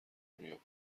درمیابد